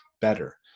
better